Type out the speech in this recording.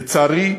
לצערי,